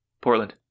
Portland